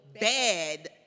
bad